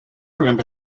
remember